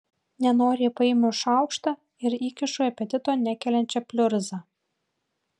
nenoriai paimu šaukštą ir įkišu į apetito nekeliančią pliurzą